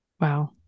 Wow